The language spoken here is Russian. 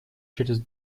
через